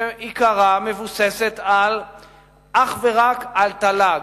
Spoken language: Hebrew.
שעיקרה מבוססת אך ורק על תל"ג,